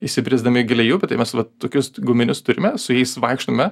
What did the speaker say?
įsibrisdami giliai į upę tai mes va tokius guminius turime su jais vaikštome